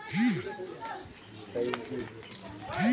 कीट पर नियंत्रण कैसे करें?